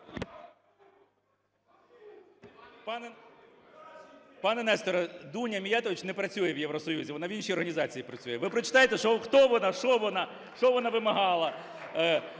Пане Несторе, Дуня Міятович не працює в Євросоюзі, вона в іншій організації працює. Ви прочитайте, хто вона, що вона, що вона